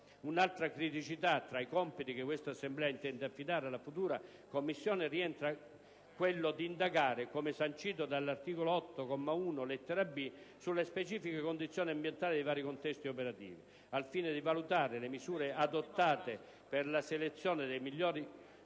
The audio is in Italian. Un'altra criticità: tra i compiti che questa Assemblea intende affidare alla futura Commissione rientra quello di indagare, come sancito all'articolo 1, comma 1, lettera b*)* «sulle specifiche condizioni ambientali dei vari contesti operativi al fine di valutare le misure adottate per la selezione delle migliori